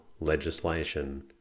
legislation